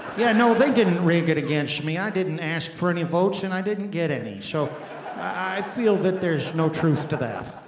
yeah, no they didn't rig it against me. i didn't ask for any votes and i didn't get any so i feel that there's no truth to that.